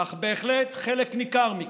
אך בהחלט חלק ניכר מכם.